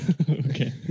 Okay